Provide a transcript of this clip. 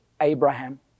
Abraham